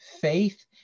Faith